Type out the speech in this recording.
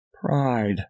pride